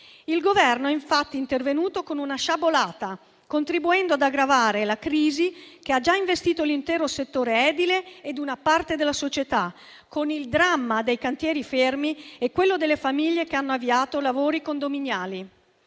il Governo è infatti intervenuto con una sciabolata, contribuendo ad aggravare la crisi che ha già investito l'intero settore edile ed una parte della società, con il dramma dei cantieri fermi e quello delle famiglie che hanno avviato lavori condominiali.